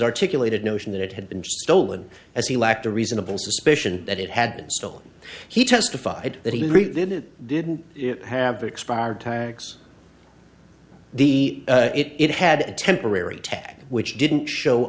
articulated notion that it had been stolen as he lacked a reasonable suspicion that it had been stolen he testified that he did it didn't have expired tags the it had a temporary tack which didn't show